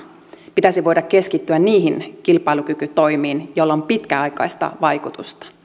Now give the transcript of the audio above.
pitäisi voida keskittyä niihin kilpailukykytoimiin joilla on pitkäaikaista vaikutusta